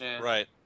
Right